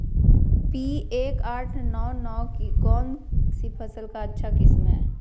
P एक आठ नौ नौ कौन सी फसल का अच्छा किस्म हैं?